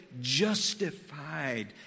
justified